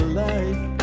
life